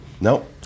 Nope